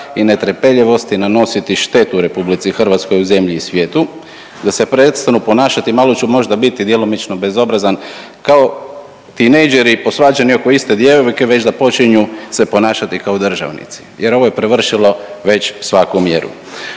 i netrpeljivosti nanositi štetu Republici Hrvatskoj u zemlji i svijetu, da se prestanu ponašati malo ću možda biti djelomično bezobrazan kao tinejđeri posvađani oko iste djevojke već da počinju se ponašati kao državnici jer ovo je prevršilo već svaku mjeru.